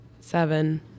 seven